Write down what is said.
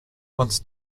once